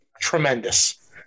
tremendous